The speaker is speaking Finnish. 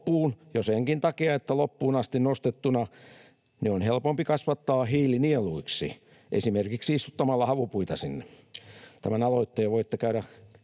loppuun jo senkin takia, että loppuun asti nostettuina ne on helpompi kasvattaa hiilinieluiksi esimerkiksi istuttamalla havupuita sinne. Tämän aloitteen voitte käydä,